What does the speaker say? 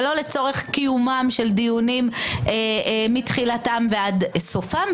ולא לצורך קיומם של דיונים מתחילתם ועד סופם.